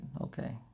Okay